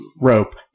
rope